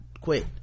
quit